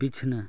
ᱵᱤᱪᱷᱱᱟᱹ